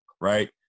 right